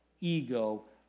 ego